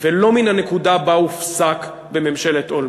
ולא מן הנקודה שבה הוא הופסק בממשלת אולמרט,